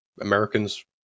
Americans